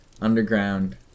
underground